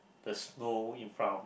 the snow in front of